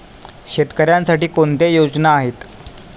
शेतकऱ्यांसाठी कोणत्या योजना आहेत?